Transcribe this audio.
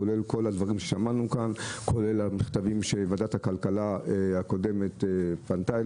כולל כל הדברים ששמענו כאן וכולל המכתבים שוועדת הכלכלה הקודמת שלחה.